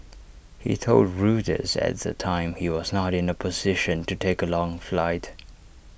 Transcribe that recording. he told Reuters at the time he was not in A position to take A long flight